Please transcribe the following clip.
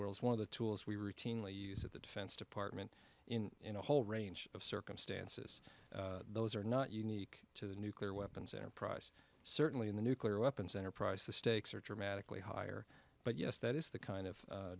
world's one of the tools we routinely use at the defense department in a whole range of circumstances those are not unique to the nuclear weapons enterprise certainly in the nuclear weapons enterprise the stakes are dramatically higher but yes that is the kind of